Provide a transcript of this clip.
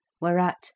Whereat